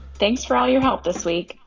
thanks for all your help this week.